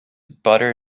butter